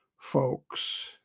folks